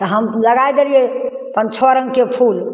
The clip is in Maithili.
तऽ हम लगै देलिए पाँच छओ रङ्गके फूल